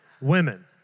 Women